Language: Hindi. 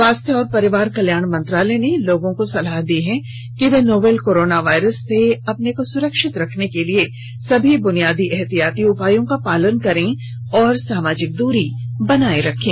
स्वास्थ्य और परिवार कल्याण मंत्रालय ने लोगों को सलाह दी है कि वे नोवल कोरोना वायरस से अपने को सुरक्षित रखने के लिए सभी बुनियादी एहतियाती उपायों का पालन करें और सामाजिक दूरी बनाए रखें